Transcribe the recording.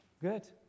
Good